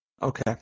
Okay